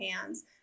hands